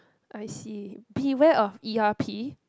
I see beware of e_r_p